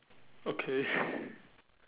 okay